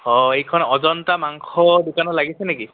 অঁ এইখন অজন্তা মাংস দোকানত লাগিছে নেকি